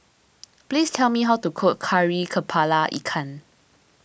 please tell me how to cook Kari Kepala Ikan